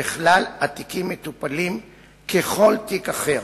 וככלל התיקים מטופלים ככל תיק אחר,